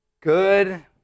good